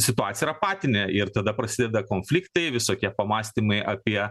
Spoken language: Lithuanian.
situacija yra apatinė ir tada prasideda konfliktai visokie pamąstymai apie